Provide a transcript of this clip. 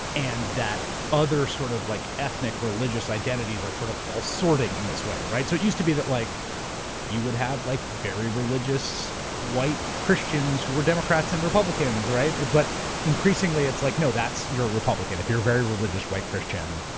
and that other sort of, like ethnic religious identities are sort of all sorting in this way. so, it used to be that like you would have like very religious white christians who were democrats and republicans, right? but increasingly, it's, like no, you're a republican, if you're a very religious white christian.